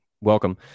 welcome